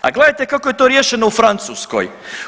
A gledajte kako je to riješeno u Francuskoj.